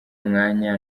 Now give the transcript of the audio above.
mwanya